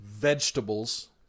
Vegetables